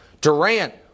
Durant